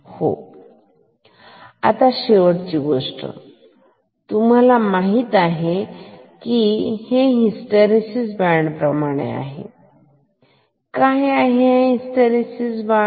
हो आणि आता शेवटची गोष्ट तुम्हाला माहित असल्या प्रमाणे हिस्टरेसीस बँड काय आहे हा हिस्टरेसीस बँड